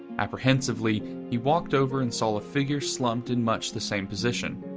apprehensively, he walked over and saw a figure slumped in much the same position,